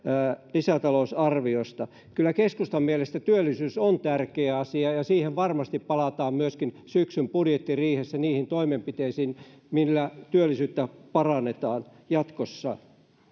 lisätalousarviosta kyllä keskustan mielestä työllisyys on tärkeä asia ja varmasti palataan myöskin syksyn budjettiriihessä niihin toimenpiteisiin millä työllisyyttä parannetaan jatkossa